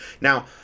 Now